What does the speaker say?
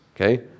Okay